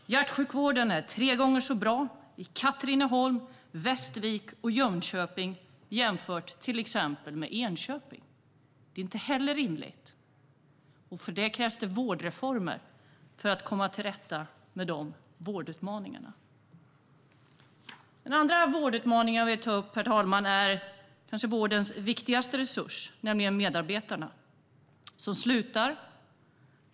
Hjärtsjukvården är tre gånger så bra i Katrineholm, Västervik och Jönköping som i till exempel Enköping. Det är inte heller rimligt. Det krävs vårdreformer för att komma till rätta med de vårdutmaningarna. Den andra vårdutmaning som jag vill ta upp, herr talman, är kanske vårdens viktigaste resurs, nämligen medarbetarna - som slutar.